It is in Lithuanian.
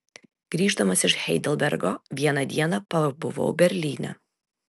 grįždamas iš heidelbergo vieną dieną pabuvau berlyne